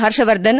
Harshvardhan